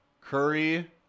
Curry